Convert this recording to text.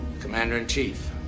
Commander-in-Chief